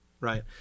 right